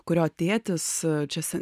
kurio tėtis jaučiasi